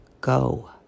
go